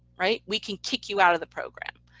right. we can kick you out of the program.